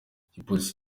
igipolisi